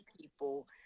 people